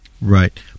right